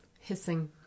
hissing